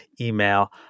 email